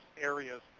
areas